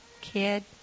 kid